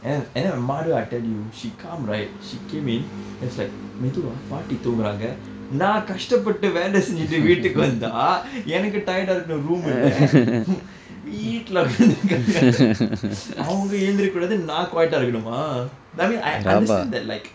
and then and then my mother I tell you she come right she came in then she like மெதுவா பாட்டி தூங்குகிறாங்க நான் கஷ்டப்பட்டு வேலை செய்துட்டு வீட்டுக்கு வந்தா எனக்கு:methuvaa paatti thunkukiraanka naan kashtappattu velai seythuvittu vittukku vanthaa enakku tired ah இருக்குனு ஒரு:irukkunnu oru room இல்ல வீட்டில உட்கார்திருக்கிறாங்க அவங்க எழுந்திருக்க கூடாது நான்:illa vittila utkaarthirukkiraanga avnka elunthirukka kuudathu naan quiet ah இருக்குணும்மா:irukkummaa I mean I understand that like